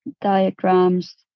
diagrams